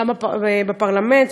גם בפרלמנט,